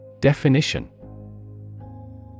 Definition